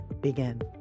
begin